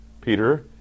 Peter